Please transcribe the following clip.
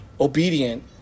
obedient